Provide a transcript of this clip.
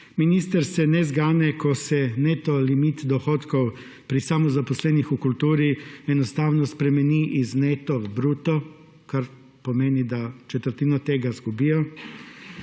Minister se ne zgane, ko se neto limit dohodkov pri samozaposlenih v kulturi enostavno spremeni iz neto v bruto, kar pomeni, da četrtino tega izgubijo.